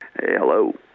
hello